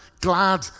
glad